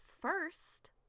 first